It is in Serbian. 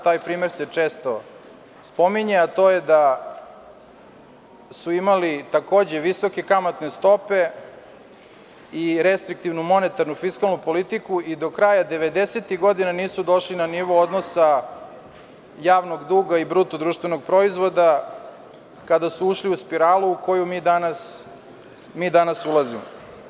Taj primer se često spominje, a to je da su imali takođe visoke kamatne stope i restriktivnu monetarnu fiskalnu politiku i do kraja 90-tih godina nisu došli na nivo odnosa javnog duga i BDP, kada su ušli u spiralu u koju mi danas ulazimo.